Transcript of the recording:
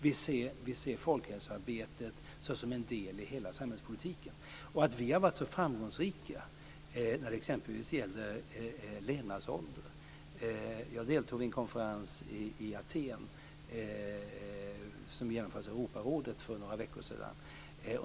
Vi ser folkhälsoarbetet som en del i hela samhällspolitiken. Jag deltog i en konferens i Aten som genomfördes av Europarådet för några veckor sedan.